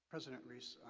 president reese.